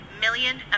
million